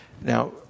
Now